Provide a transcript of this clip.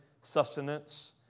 sustenance